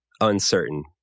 uncertain